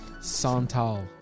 Santal